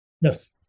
Yes